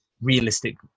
realistic